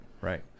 Right